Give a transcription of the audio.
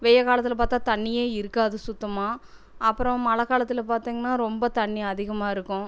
வெய்ய காலத்தில் பார்த்தா தண்ணியே இருக்காது சுத்தமாக அப்புறம் மழை காலத்தில் பார்த்திங்னா ரொம்ப தண்ணி அதிகமாக இருக்கும்